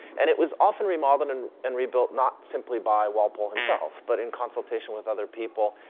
and it was often remodeled and and and rebuilt not simply by walpole himself, but in consultation with other people,